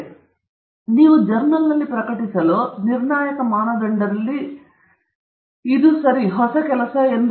ನಾನು ಆರಂಭದಲ್ಲಿಯೇ ಪ್ರಸ್ತಾಪಿಸಿದೆ ನೀವು ಜರ್ನಲ್ನಲ್ಲಿ ಪ್ರಕಟಿಸಲು ನಿರ್ಣಾಯಕ ಮಾನದಂಡದಲ್ಲಿ ಇದು ಸರಿ ಹೊಸ ಕೆಲಸ ಎಂದು